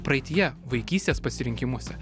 praeityje vaikystės pasirinkimuose